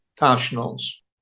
nationals